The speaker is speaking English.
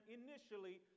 initially